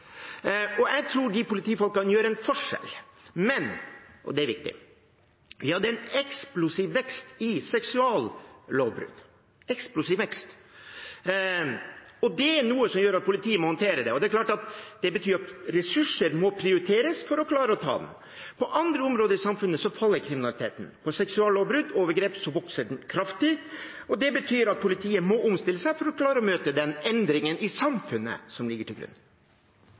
Jeg tror de politifolkene utgjør en forskjell, men – og det er viktig – det var en eksplosiv vekst i seksuallovbrudd, en eksplosiv vekst som politiet må håndtere. Det er klart det betyr at ressurser må prioriteres for å klare det. På andre områder i samfunnet faller kriminaliteten. Når det gjelder seksuallovbrudd og overgrep, vokser den kraftig. Det betyr at politiet må omstille seg for å klare å møte den endringen i samfunnet som ligger til grunn.